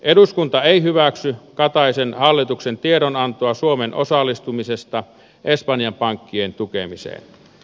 eduskunta ei hyväksy kataisen hallituksen tiedonantoa suomen osallistumisesta espanjan pankkien tukemiseen